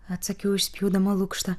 atsakiau išspjaudama lukštą